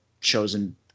chosen